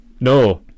No